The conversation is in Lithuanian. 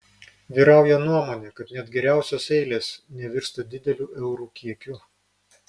vyrauja nuomonė kad net geriausios eilės nevirsta dideliu eurų kiekiu